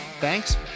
Thanks